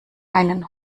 einen